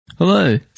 Hello